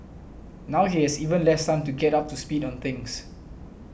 now he has even less time to get up to speed on things